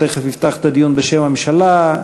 שתכף יפתח את הדיון בשם הממשלה,